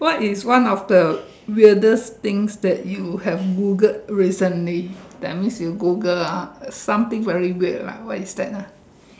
what is one of the weirdest things that you have Googled recently that means you Google ah something very weird lah what is that ah